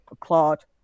claude